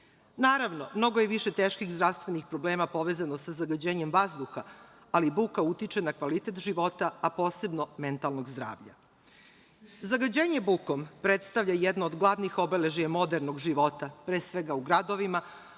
Naravno, mnogo je više teških zdravstvenih problema povezano sa zagađenjem vazduha, ali buka utiče na kvalitet života, a posebno mentalnog zdravlja. Zagađenje bukom predstavlja jedno od glavnih obeležja modernog života, pre svega u gradovima,